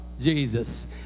Jesus